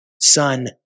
son